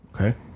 Okay